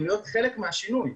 להיות חלק מהשינוי.